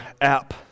app